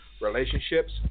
relationships